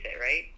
right